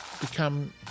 become